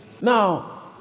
Now